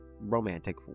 romantic